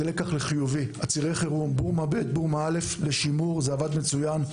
זה לקח חיובי: זה עבד מצוין.